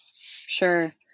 Sure